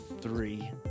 Three